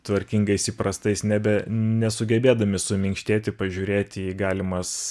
tvarkingais įprastais nebe nesugebėdami suminkštėti pažiūrėti į galimas